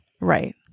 Right